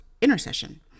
intercession